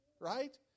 right